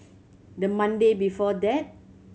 the Monday before that